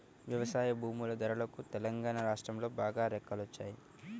వ్యవసాయ భూముల ధరలకు తెలంగాణా రాష్ట్రంలో బాగా రెక్కలొచ్చాయి